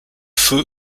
feu